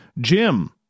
Jim